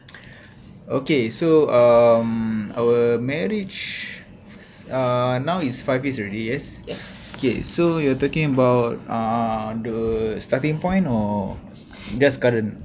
okay so um our marriage uh now is five years already yes okay so you're talking about uh the starting point or just current